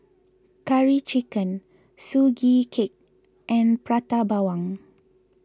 Curry Chicken Sugee Cake and Prata Bawang